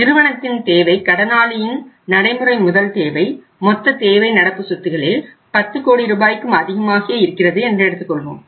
நிறுவனத்தின் தேவை கடனாளியின் நடைமுறை முதல் தேவை மொத்த தேவை நடப்பு சொத்துகளில் 10 கோடி ரூபாய்க்கும் அதிகமாக இருக்கிறது என்று எடுத்துக்கொள்வோம்